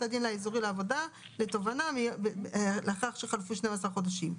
הדין האזורי לעבודה לתובענה לאחר שחלפו 12 חודשים".